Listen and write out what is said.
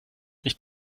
nicht